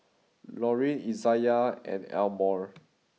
Laurene Izayah and Elmore